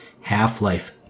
half-life